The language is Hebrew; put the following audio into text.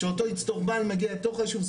כשאותו אצטרובל מגיע לתוך הישוב,